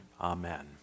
Amen